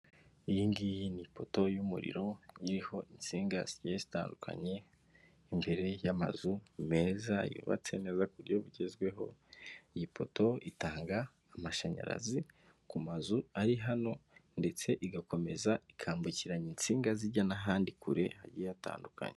Iyi ngiyi ni poto y'umuriro iriho insinga zigiye itandukanye imbere y'amazu meza, yubatse neza ku buryo bugezweho, iyi poto itanga amashanyarazi ku mazu ari hano ndetse igakomeza ikambukiranya insinga zijya n'ahandi kure hagiye hatandukanye.